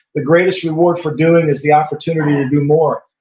the greatest reward for doing is the opportunity to do more.